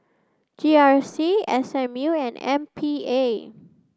G R C S M U and M P A